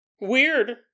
Weird